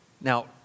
Now